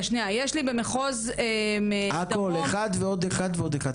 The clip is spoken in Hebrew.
אחד ועוד אחד ועוד אחד.